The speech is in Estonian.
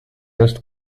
just